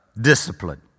discipline